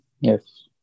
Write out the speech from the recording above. Yes